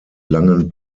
langen